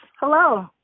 Hello